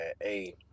Hey